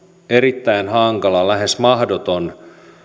erittäin hankalaa lähes mahdotonta